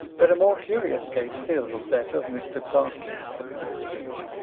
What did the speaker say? but a more curious case still is that of mr, berkley of knightsbridge,